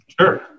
Sure